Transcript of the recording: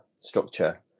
structure